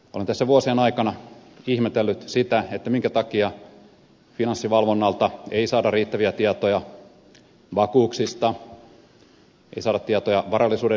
olen tässä vuosien aikana ihmetellyt sitä minkä takia finanssivalvonnalta ei saada riittäviä tietoja vakuuksista ei saada tietoja varallisuuden jakaantumisesta